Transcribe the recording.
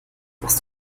machst